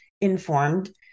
informed